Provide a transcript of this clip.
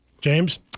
James